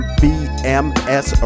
bms